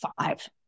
Five